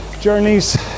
journeys